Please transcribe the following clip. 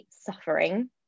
suffering